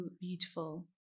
beautiful